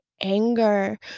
anger